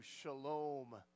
shalom